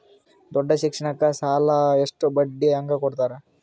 ದೊಡ್ಡ ಶಿಕ್ಷಣಕ್ಕ ಸಾಲ ಎಷ್ಟ ಬಡ್ಡಿ ಹಂಗ ಕೊಡ್ತಾರ?